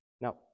Now